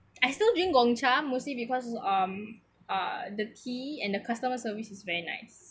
I still drink Gongcha mostly because um uh the tea and the customer service is very nice